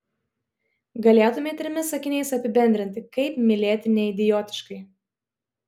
galėtumei trimis sakiniais apibendrinti kaip mylėti neidiotiškai